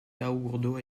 taugourdeau